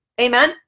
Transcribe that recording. Amen